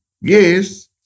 yes